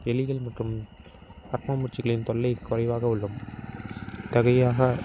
எலிகள் மற்றும் கரப்பான்பூச்சிகளின் தொல்லை குறைவாக உள்ள